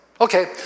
okay